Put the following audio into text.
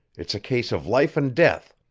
it's a case of life and death.